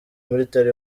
military